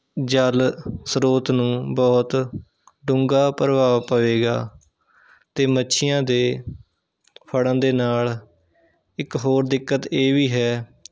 ਜਲ ਸਰੋਤ ਨੂੰ ਬਹੁਤ ਡੂੰਘਾ ਪ੍ਰਭਾਵ ਪਵੇਗਾ ਅਤੇ ਮੱਛੀਆਂ ਦੇ ਫੜਨ ਦੇ ਨਾਲ਼ ਇੱਕ ਹੋਰ ਦਿੱਕਤ ਇਹ ਵੀ ਹੈ